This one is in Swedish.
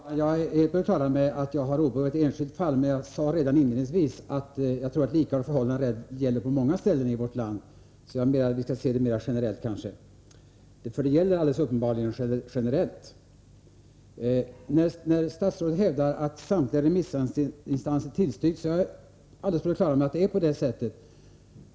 Herr talman! Jag är på det klara med att jag berört ett enskilt fall, men jag sade redan inledningsvis att jag tror att liknande förhållanden råder på många ställen i vårt land. Man bör uppenbarligen se mera generellt på saken. Statsrådet hävdar att samtliga remissinstanser tillstyrkte förslaget. Jag är helt på det klara med att så är fallet.